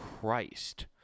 Christ